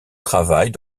travaille